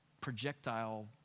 projectile